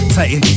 Titan